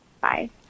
Bye